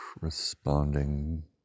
responding